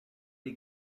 dei